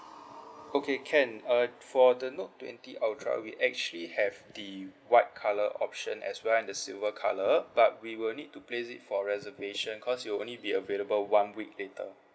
okay can uh for the note twenty ultra we actually have the white colour option as well and the silver colour but we will need to place it for reservation cause it will only be available one week later